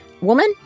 Woman